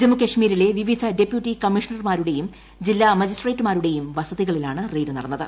ജമ്മുകശ്മീരിലെ വിവിധ ഡെപ്യൂട്ടി കമ്മീഷണർമാരുടെയും ജില്ലാ മജിസ്ട്രേറ്റുമാരുടെയും വസതികളിലാണ് റെയ്ഡ് നടന്നത്